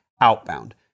outbound